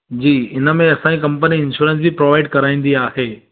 जी हिनमें असांजी company insurance बि प्रोवाइड कराईंदी आहे